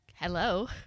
Hello